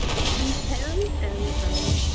of team japan. and i'm,